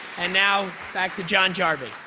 and now, back to john jarvis.